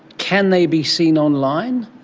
can they be seen online?